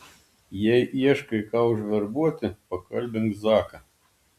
jei ieškai ką užverbuoti pakalbink zaką